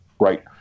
right